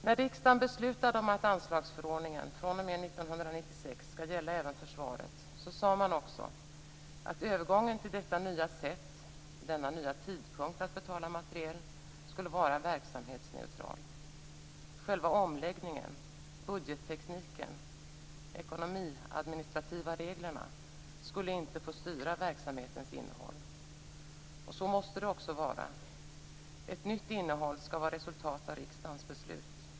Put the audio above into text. När riksdagen beslutade om att anslagsförordningen fr.o.m. 1996 skall gälla även försvaret, sade man också att övergången till detta nya sätt och denna nya tidpunkt att betala materiel skulle vara verksamhetsneutral. Själva omläggningen, budgettekniken, de ekonomiadministrativa reglerna skulle inte få styra verksamhetens innehåll. Så måste det också vara. Ett nytt innehåll skall vara resultat av riksdagens beslut.